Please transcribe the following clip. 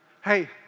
Hey